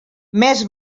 més